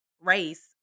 race